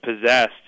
possessed